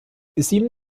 sieben